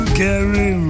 carry